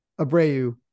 Abreu